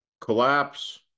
collapse